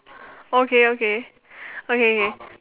okay okay okay K